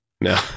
No